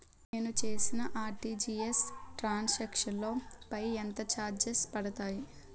నేను చేసిన RTGS transaction లో పై ఎంత చార్జెస్ పడతాయి?